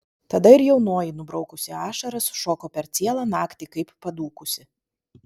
tada ir jaunoji nubraukusi ašaras šoko per cielą naktį kaip padūkusi